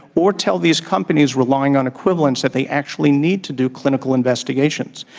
or tell these companies relying on equivalence that they actually need to do clinical investigations.